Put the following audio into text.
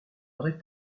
aurait